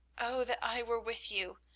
oh, that i were with you!